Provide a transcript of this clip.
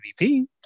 MVP